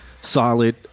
solid